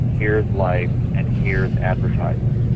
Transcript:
here is life, and here is advertising.